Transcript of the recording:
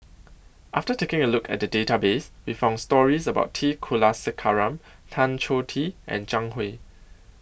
after taking A Look At The Database We found stories about T Kulasekaram Tan Choh Tee and Zhang Hui